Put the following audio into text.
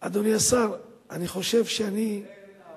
הוא גם, אדוני השר, אני חושב שאני, לכן,